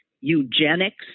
eugenics